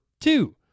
two